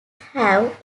have